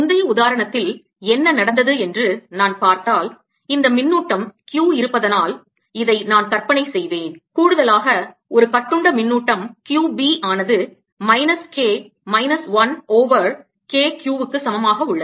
முந்தைய உதாரணத்தில் என்ன நடந்தது என்று நான் பார்த்தால் இந்தக் மின்னூட்டம் Q இருப்பதால் இதை நான் கற்பனை செய்வேன் கூடுதலாக ஒரு கட்டுண்ட மின்னூட்டம் Q b ஆனது minus K minus 1 over K Q க்கு சமமாக உள்ளது